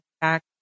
back